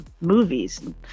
movies